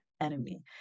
enemy